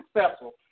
successful